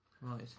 Right